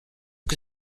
que